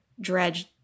Dredge